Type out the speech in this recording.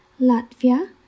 Latvia